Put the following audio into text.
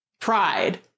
pride